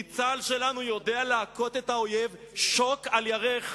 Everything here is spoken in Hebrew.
כי צה"ל שלנו יודע להכות את האויב שוק על ירך,